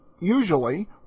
usually